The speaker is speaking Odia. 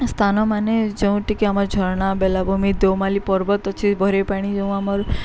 ସ୍ଥାନ ମାନେ ଯେଉଁଠିକି ଆମର ଝରଣା ବେଳାଭୂମି ଦେଉମାଳି ପର୍ବତ ଅଛି ଭୈରବୀ ପାଣି ଯେଉଁ ଆମର